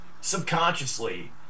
subconsciously